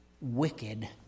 wicked